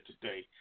today